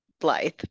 Blythe